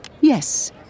Yes